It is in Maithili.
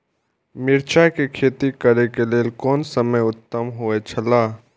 मिरचाई के खेती करे के लेल कोन समय उत्तम हुए छला?